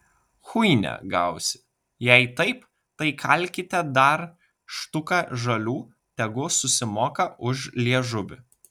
chuinia gausi jei taip tai kalkite dar štuką žalių tegu susimoka už liežuvį